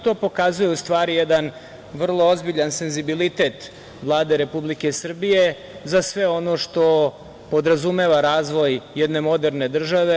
To pokazuje u stvari jedan vrlo ozbiljan senzibilitet Vlade Republike Srbije za sve ono što podrazumeva razvoj jedne moderne države.